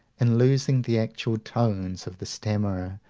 in losing the actual tones of the stammerer,